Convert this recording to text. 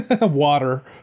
Water